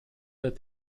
that